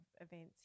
events